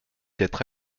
être